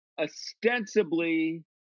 ostensibly